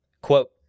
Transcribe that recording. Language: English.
Quote